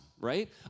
right